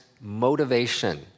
motivation